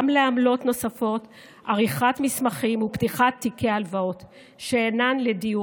לעמלות נוספות: עריכת מסמכים ופתיחת תיקי הלוואות שאינן לדיור,